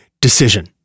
decision